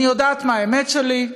אני יודעת מה האמת שלי,